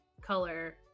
color